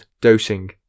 Dosing